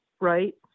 right